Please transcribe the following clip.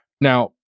Now